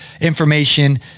information